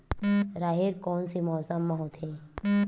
राहेर कोन से मौसम म होथे?